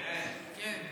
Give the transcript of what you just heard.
קרן, כן.